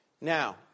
Now